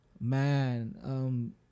man